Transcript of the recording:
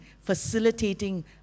facilitating